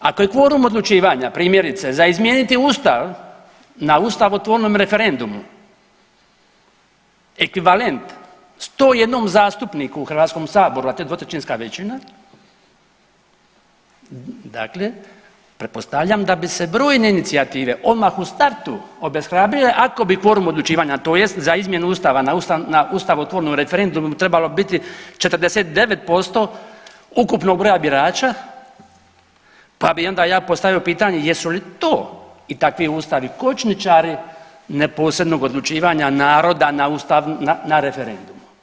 Ako je kvorum odlučivanja primjerice za izmijeniti ustav na ustavotvornom referendumu ekvivalent 101 zastupniku u Hrvatskom saboru, a to je dvotrećinska većina dakle pretpostavljam da bi se brojne inicijative odmah u startu obeshrabrile ako bi kvorum odlučivanja tj. za izmjenu ustava na ustavotvornom referendumu bi trebalo biti 49% ukupnog broja birača pa bi onda ja postavio pitanje jesu li to i takvi ustavi kočničari neposrednog odlučivanja naroda na ustavnom, na referendumu.